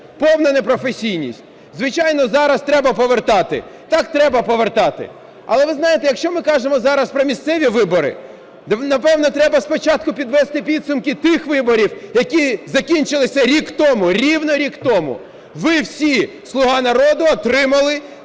повна непрофесійність. Звичайно, зараз треба повертати. Так, треба повертати. Але ви знаєте, якщо ми кажемо зараз про місцеві вибори, напевно, треба спочатку підвести підсумки тих виборів, які закінчилися рік тому, рівно рік тому. Ви всі, "Слуга народу", отримали